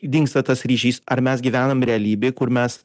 dingsta tas ryšys ar mes gyvenam realybėj kur mes